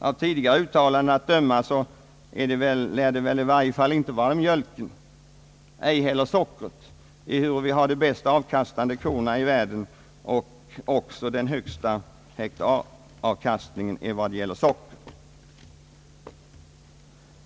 Av tidigare uttalanden att döma lär det väl i varje fall inte vara mjölken, inte heller sockret, ehuru vi har de bäst avkastande korna i världen och med den högsta hektaravkastningen i vad det gäller sockret.